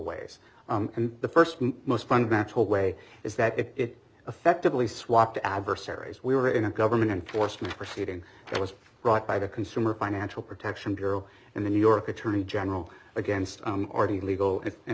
ways and the first most fundamental way is that it effectively swapped adversaries we were in a government enforcement proceeding that was brought by the consumer financial protection bureau and the new york attorney general against our the legal